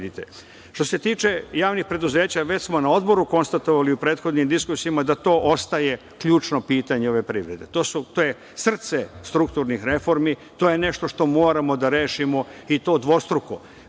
se tiče javnih preduzeća, već smo na Odboru konstatovali u prethodnim diskusijama da to ostaje ključno pitanje ove privrede. To je srce strukturnih reformi. To je nešto što moramo da rešimo, i to dvostruko,